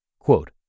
Quote